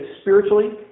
spiritually